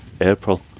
April